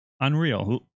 unreal